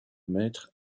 mètres